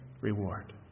reward